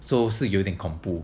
so 是有点恐怖